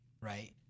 right